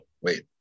wait